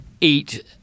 eat